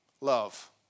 Love